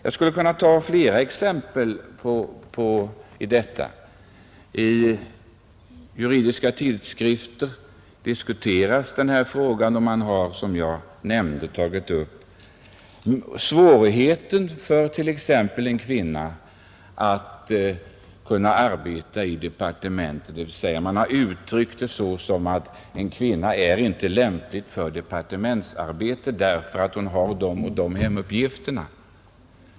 Jag skulle kunna anföra flera exempel. I juridiska tidskrifter diskuteras frågan, och man har där, som jag nämnde, tagit upp de svårigheter som finns för t.ex. en kvinna att kunna arbeta i ett departement. Man har sagt att en kvinna inte är lämplig för departementsarbete, eftersom hon har de eller de hemuppgifterna.